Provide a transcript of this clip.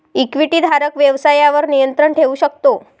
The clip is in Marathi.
इक्विटीधारक व्यवसायावर नियंत्रण ठेवू शकतो